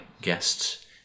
guests